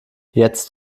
jetzt